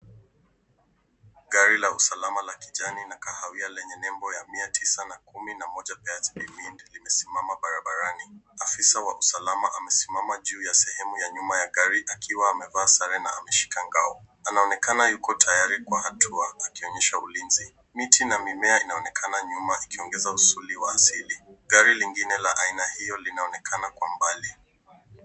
Gari la usalama la kijani na kahawia lenye nembo ya mia tisa na kumi na moja limesimama barabarani. Afisa wa usalama amesimama juu ya sehemu ya nyuma ya gari, akiwa amevaa sare na ameshika ngao. Anaonekana yuko tayari kwa hatua, akionyesha ulinzi. Miti na mimea inaonekana nyuma ikiongeza usuli wa asili. Gari lingine la aina hiyo linaonekana kwa mbali.